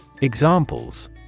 Examples